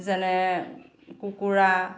যেনে কুকুৰা